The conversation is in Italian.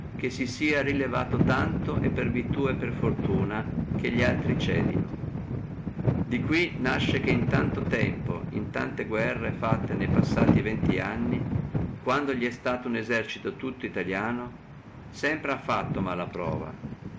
che si sia saputo rilevare e per virtù e per fortuna che li altri cedino di qui nasce che in tanto tempo in tante guerre fatte ne passati venti anni quando elli è stato uno esercito tutto italiano sempre ha fatto mala pruova